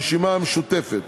הרשימה המשותפת.